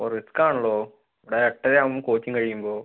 ഓ risk ആണല്ലോ ഇവിടെ എട്ടര ആകുമ്പോൾ കോച്ചിംഗ് കഴിയുമ്പോൾ